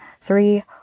three